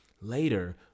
later